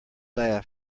laugh